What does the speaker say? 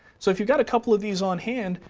so if you've got a couple of these on hand,